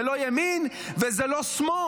זה לא ימין, וזה לא שמאל.